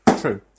true